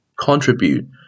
contribute